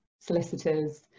solicitors